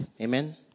Amen